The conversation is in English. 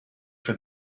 for